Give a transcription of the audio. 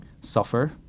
suffer